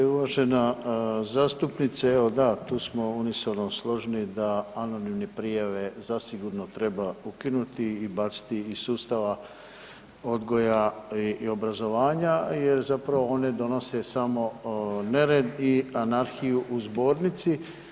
Uvažena zastupnice, evo da tu smo unisono složni da anonimne prijave zasigurno treba ukinuti i baciti iz sustava odgoja i obrazovanja, jer zapravo one donose samo nered i anarhiju u zbornici.